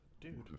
Dude